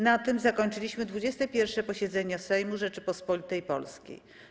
Na tym zakończyliśmy 21. posiedzenie Sejmu Rzeczypospolitej Polskiej.